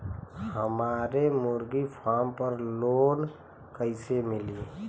हमरे मुर्गी फार्म पर लोन कइसे मिली?